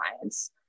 clients